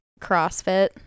crossfit